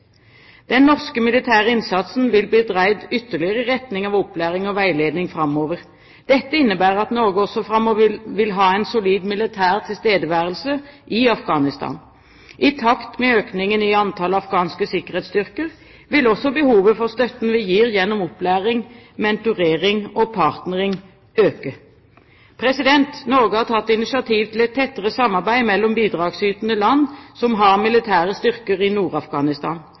Den norske militære innsatsen vil bli dreid ytterligere i retning av opplæring og veiledning framover. Dette innebærer at Norge også framover vil ha en solid militær tilstedeværelse i Afghanistan. I takt med økningen i antallet afghanske sikkerhetsstyrker vil også behovet for støtten vi gir gjennom opplæring, mentorering og partnering, øke. Norge har tatt initiativ til et tettere samarbeid mellom bidragsytende land som har militære styrker i